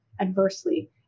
adversely